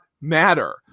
matter